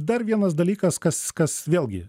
dar vienas dalykas kas kas vėlgi